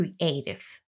creative